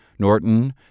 Norton